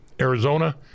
Arizona